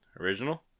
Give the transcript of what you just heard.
original